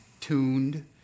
tuned